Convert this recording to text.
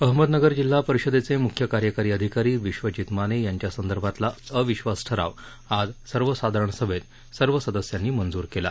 अहमदनगर जिल्हा परिषदेचे मुख्य कार्यकारी अधिकारी विश्वजीत माने यांच्या संदर्भातला अविश्वास ठराव आज सर्वसाधारण सभेत सर्व सदस्यांनी मंजूर केला